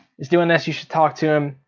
is doing this, you should talk to him.